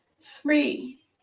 three